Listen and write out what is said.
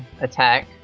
attack